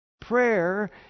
Prayer